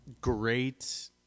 great